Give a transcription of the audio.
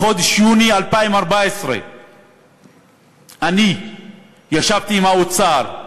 בחודש יוני 2014, אני ישבתי עם האוצר,